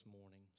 morning